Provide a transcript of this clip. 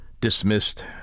dismissed